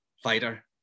fighter